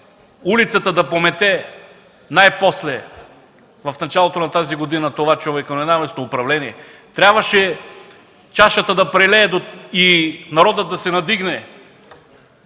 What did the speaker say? улицата да помете най-после – в началото на тази година, това човеконенавистно управление. Трябваше чашата да прелее и народът да се надигне,